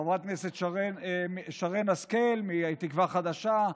חברת הכנסת שרן השכל מתקווה חדשה,